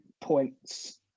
points